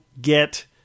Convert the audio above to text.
get